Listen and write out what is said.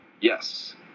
Yes